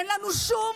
אין לנו שום,